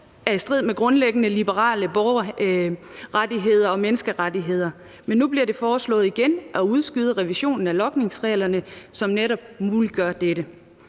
er i strid med grundlæggende liberale borgerrettigheder og menneskerettigheder. Men nu bliver det foreslået igen at udskyde revisionen af logningsreglerne, som netop muliggør dette.